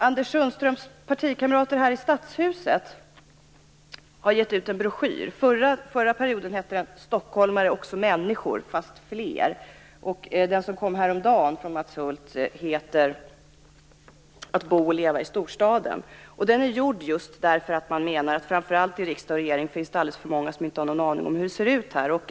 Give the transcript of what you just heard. Anders Sundströms partikamrater i Stockholms stadshus har gett ut en broschyr. Förra perioden hette den: Stockholmare är också människor, fast fler. Den som kom häromdagen från Mats Hulth heter: Att bo och leva i storstaden. Den är gjord just därför att man menar att det framför allt i riksdag och regering finns alldeles för många som inte har någon aning om hur det ser ut här.